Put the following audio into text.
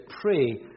pray